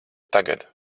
tagad